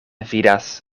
vidas